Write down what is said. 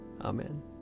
Amen